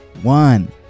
One